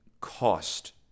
cost